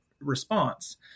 response